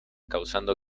causando